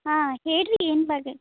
ಹಾಂ ಹೇಳಿ ರೀ ಏನು ಬಗ್ಗೆ